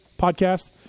podcast